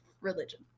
religion